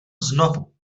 znovu